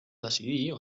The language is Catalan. decidir